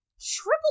Triple